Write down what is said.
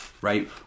right